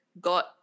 got